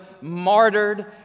martyred